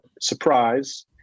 surprise